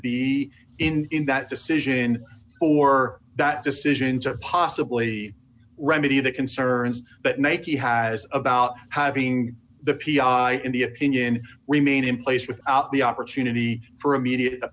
be in in that decision for that decisions or possibly remedy the concerns that nike has about having the p i in the opinion remain in place without the opportunity for a media a